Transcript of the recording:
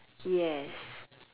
yes